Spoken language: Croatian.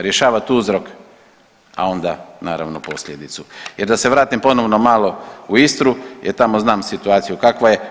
Rješavat uzrok, a onda naravno posljedicu jer da se vratim ponovno malo u Istru jer tamo znam situaciju kakva je.